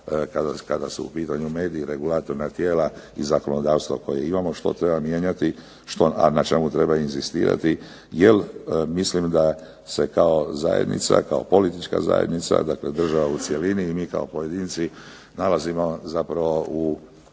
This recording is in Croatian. kada su u pitanju mediji i regulatorna tijela i zakonodavstvo koje imamo. Što trebamo mijenjati, a na čemu treba inzistirati? Jer mislim da se kao zajednica, kao politička zajednica dakle država u cjelini i mi kao pojedinci nalazimo zapravo u